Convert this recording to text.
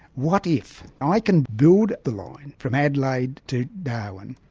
what if i can build the line from adelaide to darwin.